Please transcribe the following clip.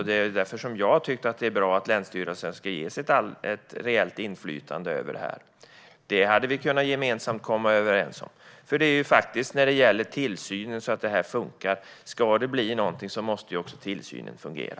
Det är därför som jag har tyckt att det är bra att länsstyrelsen ska ges ett reellt inflytande över detta. Det hade vi kunnat komma överens om. Ska det bli någonting måste ju också tillsynen fungera.